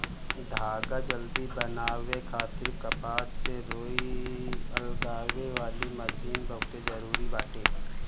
धागा जल्दी बनावे खातिर कपास से रुई अलगावे वाली मशीन बहुते जरूरी बाटे